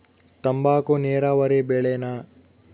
ತಂಬಾಕು ನೇರಾವರಿ ಬೆಳೆನಾ?